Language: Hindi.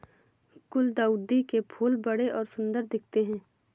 गुलदाउदी के फूल बड़े और सुंदर दिखते है